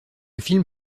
film